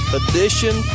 edition